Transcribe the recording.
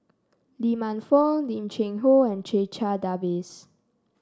Lee Man Fong Lim Cheng Hoe and Checha Davies